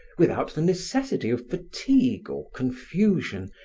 without the necessity of fatigue or confusion,